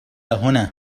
هنا